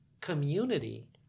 community